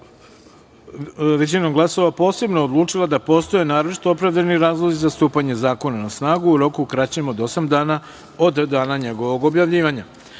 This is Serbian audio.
većinom glasova posebno odlučila da postoje naročito opravdani razlozi za stupanje zakona na snagu u roku kraćem od osam dana od dana njenog objavljivanja. Pristupamo